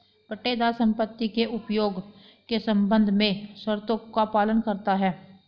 पट्टेदार संपत्ति के उपयोग के संबंध में शर्तों का पालन करता हैं